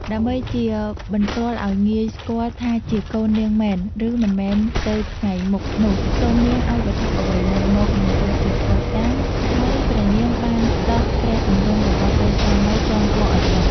ដើម្បីជាបន្ទាល់ឲ្យងាយស្គាល់ថាជាកូននាងមែន ឬមិនមែនទៅថ្ងៃមុខនោះ សូមនាងឲ្យវត្ថុអ្វីមួយមក នឹងទុកជាភស្តុតាង ហើយព្រះនាងបានដោះព្រះទម្រង់របស់ព្រះស្វាមីចងកឱ្យបុត្រ។